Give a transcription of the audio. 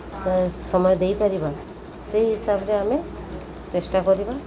ସମୟ ଦେଇପାରିବା ସେହି ହିସାବରେ ଆମେ ଚେଷ୍ଟା କରିବା